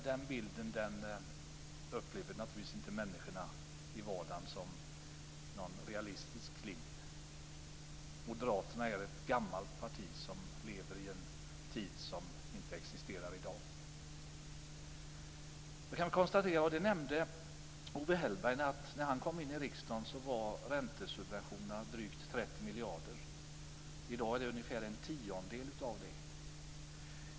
Den bilden upplever människorna i vardagen inte som någon realistisk bild. Moderaterna är ett gammalt parti som lever i en tid som inte existerar i dag. Owe Hellberg nämnde att räntesubventionerna var drygt 30 miljarder när han kom in i riksdagen. I dag är de ungefär en tiondel av det.